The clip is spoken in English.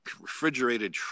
refrigerated